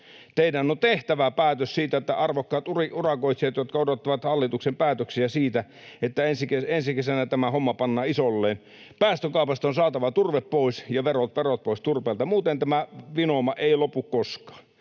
Teidän on tehtävä päätös siitä, kun arvokkaat urakoitsijat odottavat hallituksen päätöksiä siitä, että ensi kesänä tämä homma pannaan isolleen. Päästökaupasta on saatava turve pois ja verot pois turpeelta, muuten tämä vinouma ei lopu koskaan.